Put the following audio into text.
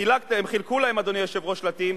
חילקו להם שלטים,